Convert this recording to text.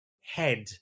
head